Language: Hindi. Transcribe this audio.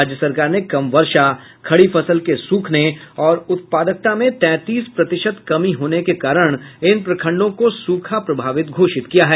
राज्य सरकार ने कम वर्षा खड़ी फसल के सूखने और उत्पादकता में तैंतीस प्रतिशत कमी होने के कारण इन प्रखंडों को सूखा प्रभावित घोषित किया है